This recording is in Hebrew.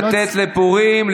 לתת לפורים,